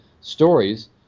stories